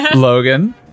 Logan